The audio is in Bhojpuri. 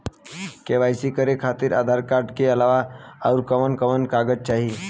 के.वाइ.सी करे खातिर आधार कार्ड के अलावा आउरकवन कवन कागज चाहीं?